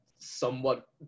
somewhat